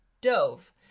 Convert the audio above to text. dove